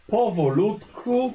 Powolutku